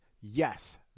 Yes